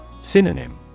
Synonym